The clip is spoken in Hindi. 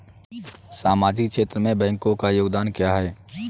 सामाजिक क्षेत्र में बैंकों का योगदान क्या है?